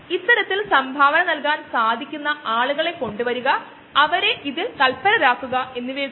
അതിനാൽ bio oil ഉൽപാദിപ്പിക്കുന്നതിനായി ഒരു മൈക്രോഅൽഗെയെ വളർത്തുമ്പോൾ നമ്മൾ ഫോട്ടോ ബയോറിയാക്ടർ എന്ന് വിളിക്കുന്നു